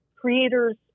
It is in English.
creators